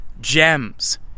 gems